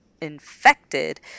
infected